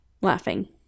laughing